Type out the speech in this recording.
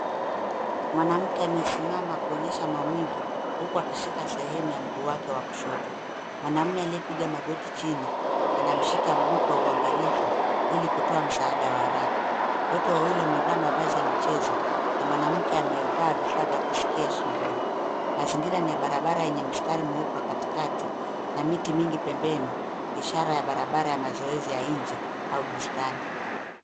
Mwanamke amesimama kuonyesha maumivu huku akishika sehemu ya mguu yake wa kushoto. Mwanamume aliyepiga magoti chini anamshika mguu kwa uangalifu ilikutoa msaada wa haraka. Wote wawili wamevaa mavazi ya michezo na mwanamke amevaa vifaa vya kusikia shingoni. Mazingira ni ya barabara yenye mistari mweupe wa katikati na miti mingi pembeni, ishara ya barabara ya mazoezi ya nje au bustani.